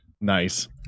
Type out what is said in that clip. nice